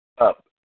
up